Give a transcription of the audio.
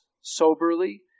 soberly